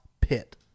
Pitt